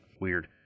Weird